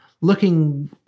looking